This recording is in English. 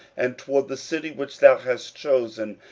and toward the city which thou hast chosen,